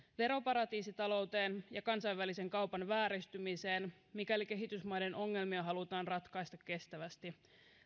veroparatiisitalouteen ja kansainvälisen kaupan vääristymiseen mikäli kehitysmaiden ongelmia halutaan ratkaista kestävästi